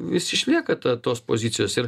vis išlieka ta tos pozicijos ir